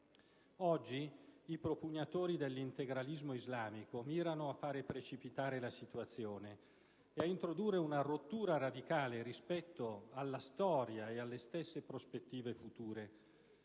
Oggi i propugnatori dell'integralismo islamico mirano a far precipitare la situazione e ad introdurre una rottura radicale rispetto alla storia e alle stesse prospettive future.